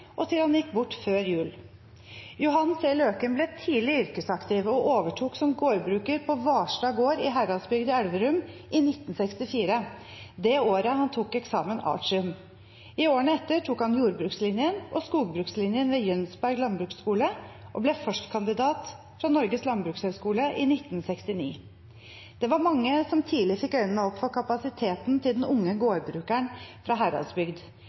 og til han gikk bort før jul. Johan C. Løken ble tidlig yrkesaktiv og overtok som gårdbruker på Hvarstad gård i Heradsbygd i Elverum i 1964, det året han tok eksamen artium. I årene etter tok han jordbrukslinjen og skogbrukslinjen ved Jønsberg Landbruksskole og ble forstkandidat fra Norges landbrukshøgskole i 1969. Det var mange som tidlig fikk øynene opp for kapasiteten til den unge gårdbrukeren fra